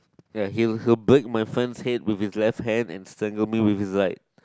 ya he'll he'll break my friend's head with his left hand and strangle me with his right